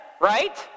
right